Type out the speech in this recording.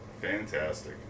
Fantastic